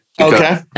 Okay